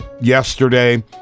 yesterday